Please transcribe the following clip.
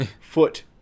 foot